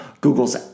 Google's